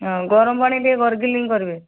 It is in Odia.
ହଁ ଗରମ ପାଣି ଟିକିଏ ଗର୍ଗିଲିଙ୍ଗ୍ କରିବେ